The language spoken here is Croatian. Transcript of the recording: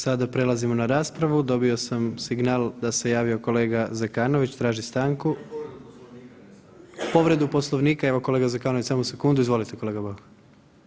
Sada prelazimo na raspravu, dobio sam signal da se javio kolega Zekanović, traži stanku [[Upadica: povredu Poslovnika]] Povredu Poslovnika, evo kolega Zekanović samo sekundu, izvolite kolega Bauk.